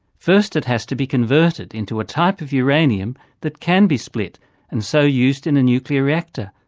first it has to be converted into a type of uranium that can be split and so used in a nuclear reactor.